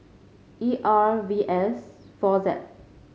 E R V S four Z